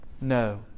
No